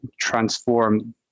transform